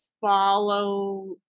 follow